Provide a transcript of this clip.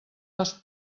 les